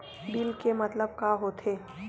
Bill के मतलब का होथे?